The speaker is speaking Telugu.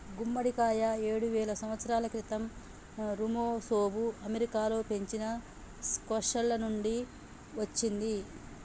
గుమ్మడికాయ ఏడువేల సంవత్సరాల క్రితం ఋమెసోఋ అమెరికాలో పెంచిన స్క్వాష్ల నుండి వచ్చింది